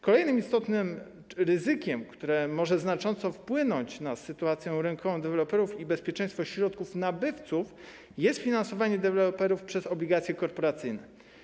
Kolejnym istotnym ryzykiem, które może znacząco wpłynąć na sytuację rynkową deweloperów i bezpieczeństwo środków nabywców, jest finansowanie deweloperów przez obligacje korporacyjne.